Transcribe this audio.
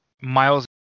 miles